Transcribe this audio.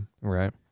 Right